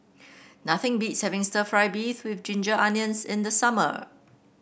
nothing beats having stir fry beef with Ginger Onions in the summer